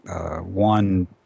one